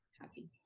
happy